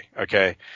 Okay